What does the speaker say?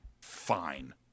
fine